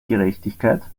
gerechtigkeit